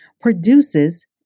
produces